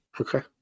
Okay